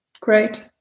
Great